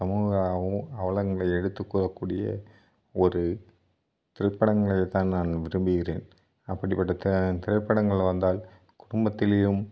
சமூக அவலங்களை எடுத்துக்கூறக்கூடிய ஒரு திரைப்படங்களைதான் நான் விரும்புகிறேன் அப்டிப்பட்ட த திரைப்படங்கள் வந்தால் குடும்பத்துலியும்